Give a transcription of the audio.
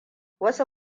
wasu